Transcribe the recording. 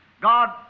God